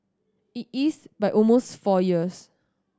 it is by almost four years